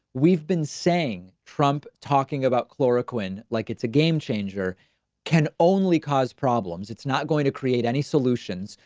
we've been saying trump talking about chloroquine like it's a game changer can only cause problems. it's not going to create any solutions.